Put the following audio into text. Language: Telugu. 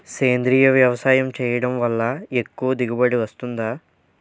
సేంద్రీయ వ్యవసాయం చేయడం వల్ల ఎక్కువ దిగుబడి వస్తుందా?